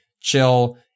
chill